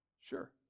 Sure